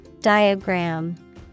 Diagram